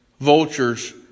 vultures